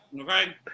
Okay